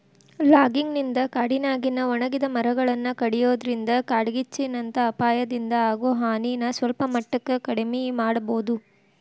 logging ನಿಂದ ಕಾಡಿನ್ಯಾಗಿನ ಒಣಗಿದ ಮರಗಳನ್ನ ಕಡಿಯೋದ್ರಿಂದ ಕಾಡ್ಗಿಚ್ಚಿನಂತ ಅಪಾಯದಿಂದ ಆಗೋ ಹಾನಿನ ಸಲ್ಪಮಟ್ಟಕ್ಕ ಕಡಿಮಿ ಮಾಡಬೋದು